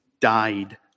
died